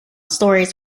stories